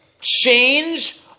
change